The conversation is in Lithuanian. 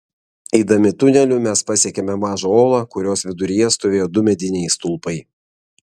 eidami tuneliu mes pasiekėme mažą olą kurios viduryje stovėjo du mediniai stulpai